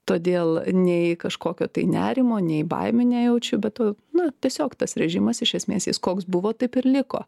todėl nei kažkokio nerimo nei baimių nejaučiu bet to na tiesiog tas režimas iš esmės jis koks buvo taip ir liko